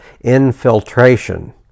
infiltration